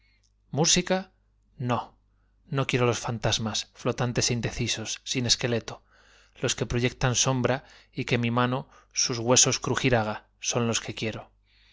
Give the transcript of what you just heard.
música no no quiero los fantasmas flotantes é indecisos sin esqueleto los que proyectan sombra y que mi mano sus huesos crugir haga son los que quiero